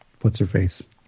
what's-her-face